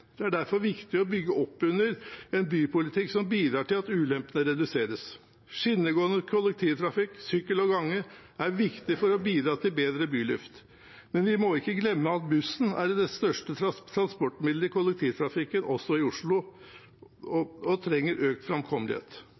Det er derfor viktig å bygge opp under en bypolitikk som bidrar til at ulempene reduseres. Skinnegående kollektivtrafikk, sykkel og gange er viktig for å bidra til bedre byluft, men vi må ikke glemme at bussen er det største transportmiddelet i kollektivtrafikken, også i Oslo, og trenger økt framkommelighet.